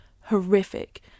horrific